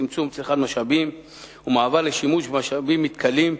לצמצום בצריכת משאבים ולמעבר לשימוש במשאבים מתכלים.